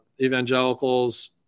evangelicals